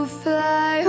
fly